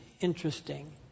interesting